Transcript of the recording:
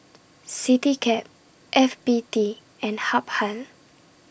Citycab F B T and Habhal